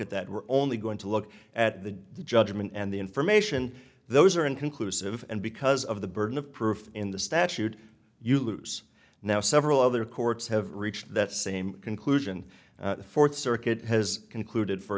at that we're only going to look at the judgment and the information those are inconclusive and because of the burden of proof in the statute you lose now several other courts have reached that same conclusion the fourth circuit has concluded for